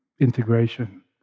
integration